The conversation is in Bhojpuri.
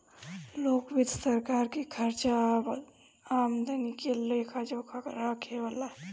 लोक वित्त सरकार के खर्चा आमदनी के लेखा जोखा राखे ला